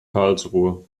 karlsruhe